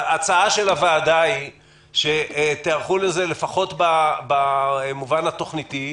ההצעה של הוועדה היא שתיערכו לזה לפחות במובן התוכניתי,